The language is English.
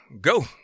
go